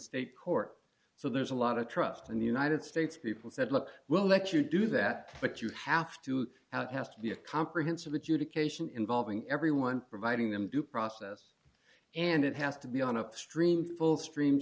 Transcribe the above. state court so there's a lot of trust in the united states people said look we'll let you do that but you have to out has to be a comprehensive adjudication involving everyone providing them due process and it has to be on a stream full stream